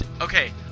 Okay